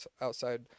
outside